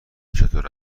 چطور